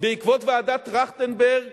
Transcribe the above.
בעקבות ועדת-טרכטנברג